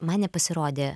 man nepasirodė